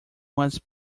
was